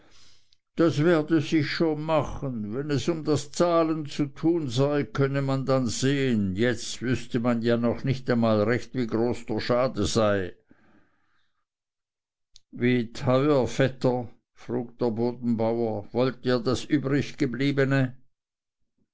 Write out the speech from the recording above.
das werde sich schon machen wenn es um das zahlen zu tun sei könne man dann sehen jetzt wüßte man ja noch nicht einmal recht wie groß der schade sei wie teuer vetter frug der bodenbauer wollt ihr das